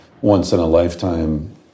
once-in-a-lifetime